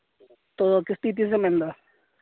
ᱛᱳ ᱠᱤᱥᱛᱤ ᱛᱥᱮᱢ ᱮᱢᱫᱟ